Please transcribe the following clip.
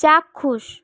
চাক্ষুষ